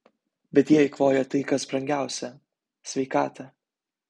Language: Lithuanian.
bet jie eikvoja tai kas brangiausia sveikatą